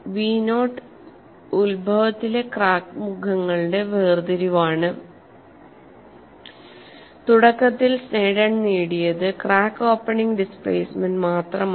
V notch ഉത്ഭവത്തിലെ crack മുഖങ്ങളുടെ വേർതിരിവാണ് തുടക്കത്തിൽ സ്നെഡൺ നേടിയത് ക്രാക്ക് ഓപ്പണിങ് ഡിസ്പ്ലേസ്മെന്റ് മാത്രമാണ്